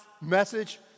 message